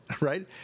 right